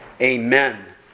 Amen